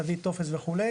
תביא טופס" וכו'